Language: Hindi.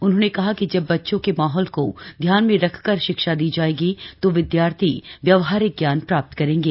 उन्होंने कहा कि जब बच्चों के माहौल को ध्यान में रखकर शिक्षा दी जायेगी तो विद्यार्थी व्यवहारिक जान प्राप्त करेंगे